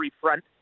front